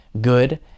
good